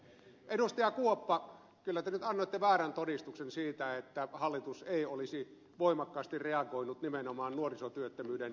kuoppa kyllä te nyt annoitte väärän todistuksen siitä että hallitus ei olisi voimakkaasti reagoinut nimenomaan nuorisotyöttömyyden asettamiin haasteisiin